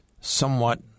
somewhat